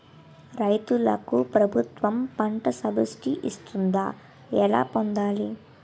రైతులకు ప్రభుత్వం పంట సబ్సిడీ ఇస్తుందా? ఎలా పొందాలి?